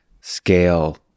scale